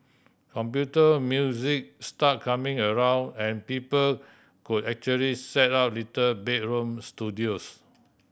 computer music started coming around and people could actually set up little bedroom studios